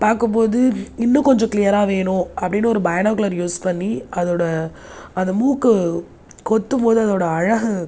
பார்க்கும்போது இன்னும் கொஞ்சம் கிலியராக வேணும் அப்படினு ஒரு பைனாகுலர் யூஸ் பண்ணி அதோடய அந்த மூக்கு கொத்தும் போது அதோடய அழகு